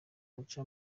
guca